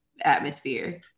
atmosphere